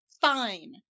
fine